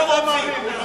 גם אנחנו רוצים.